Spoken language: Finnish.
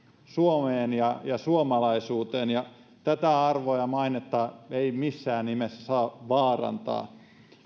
suomeen ja ja suomalaisuuteen tätä arvoa ja mainetta ei missään nimessä saa vaarantaa